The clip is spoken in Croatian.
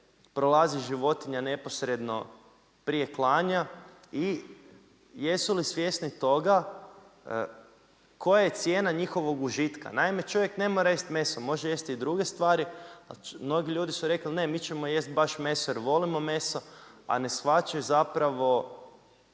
prolazi životinja neposredno prije klanja i jesu li svjesni toga, koja je cijena njihovog užitka. Naime, čovjek ne mora jesti meso, može reći i druge stvari, mnogi ljudi su rekli ne mi ćemo jesti baš meso, jer volimo meso, a ne shvaćaju zapravo,